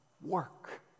work